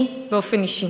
אני באופן אישי